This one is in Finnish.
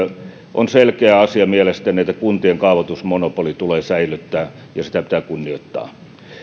on selkeä asia mielestäni että kuntien kaavoitusmonopoli tulee säilyttää ja sitä pitää kunnioittaa